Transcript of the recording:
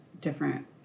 different